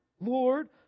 Lord